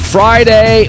Friday